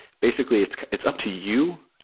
basically, it's it's up to you.